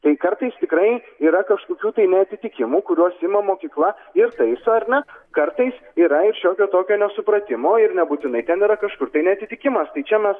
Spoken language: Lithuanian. tai kartais tikrai yra kažkokių neatitikimų kuriuos ima mokykla ir taiso ar ne kartais yra ir šiokio tokio nesupratimo ir nebūtinai ten yra kažkur tai neatitikimas tai čia mes